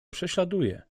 prześladuje